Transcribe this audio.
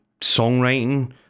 songwriting